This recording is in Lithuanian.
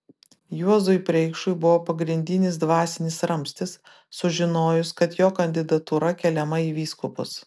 juozui preikšui buvo pagrindinis dvasinis ramstis sužinojus kad jo kandidatūra keliama į vyskupus